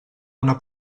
una